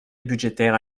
budgétaire